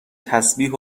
تسبیح